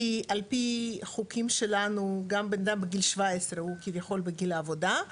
כי על פי חוקים שלנו גם בן אדם בגיל 17 הוא כביכול בגיל העבודה,